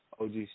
og